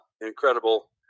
incredible